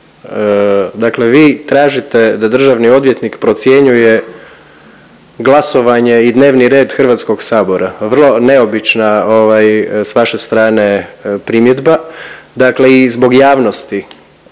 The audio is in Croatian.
dakle vi tražite da državni odvjetnik procjenjuje glasovanje i dnevni red HS? Vrlo neobična ovaj s vaše strane primjedba. Dakle i zbog javnosti